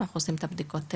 בתוך בתים,